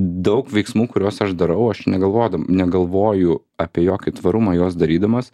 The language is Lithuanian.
daug veiksmų kuriuos aš darau aš negalvodam negalvoju apie jokį tvarumą juos darydamas